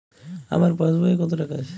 আমার পাসবই এ কত টাকা আছে?